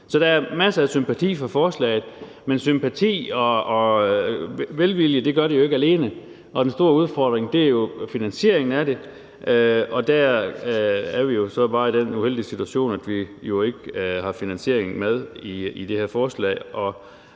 Så der er masser af sympati for forslaget, men sympati og velvilje gør det ikke alene, og den store udfordring er jo finansieringen af det. Der er vi så bare i den uheldige situation, at vi ikke har finansieringen med i det her forslag.